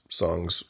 songs